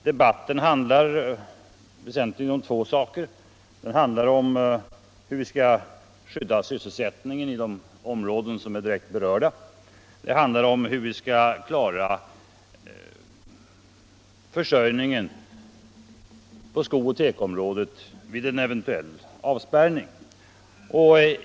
Debatten handlar väsentligen om två saker: hur vi skall skydda sysselsättningen i de områden som är direkt berörda och hur vi skall klara försörjningen på sko och tekoområdet vid en eventuell avspärrning.